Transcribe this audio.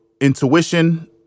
intuition